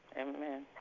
Amen